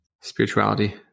Spirituality